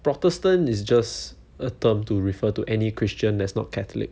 protestant is just a term to refer to any christian that's not catholic